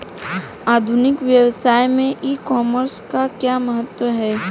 आधुनिक व्यवसाय में ई कॉमर्स का क्या महत्व है?